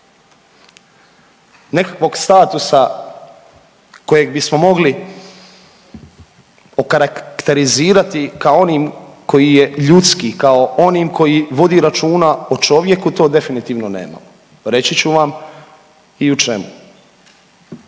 nekakvog statusa kojeg bismo mogli okarakterizirati kao onim koji je ljudski, kao onim koji vodi računa o čovjeku, to definitivno nemamo, reći ću vam i u čemu.